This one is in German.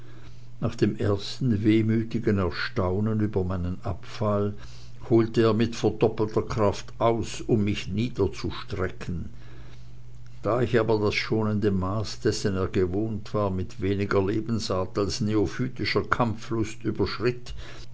nach dem ersten wehmütigen erstaunen über meinen abfall holte er mit verdoppelter kraft aus um mich niederzustrecken da ich aber das schonende maß dessen er gewohnt war mit weniger lebensart als neophytischer kampflust überschritt